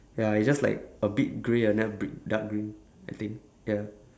ya it's just like a bit grey ah then a bit dark green I think ya